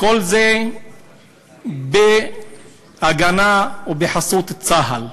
כל זה בהגנה ובחסות צה"ל.